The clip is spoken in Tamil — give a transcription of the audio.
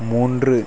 மூன்று